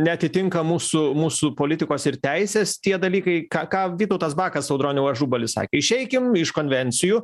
neatitinka mūsų mūsų politikos ir teisės tie dalykai ką ką vytautas bakas audroniau ažubalis išeikim iš konvencijų